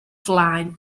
flaen